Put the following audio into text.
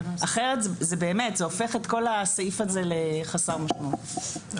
אחרת זה הופך את כל הסעיף הזה לחסר משמעות,